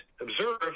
observe